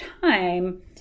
time